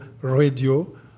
radio